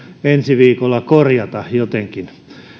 ensi viikolla jotenkin korjata